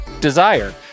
Desire